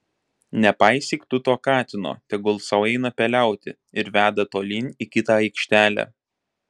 nepaisyk tu to katino tegul sau eina peliauti ir veda tolyn į kitą aikštelę